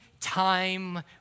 time